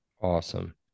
awesome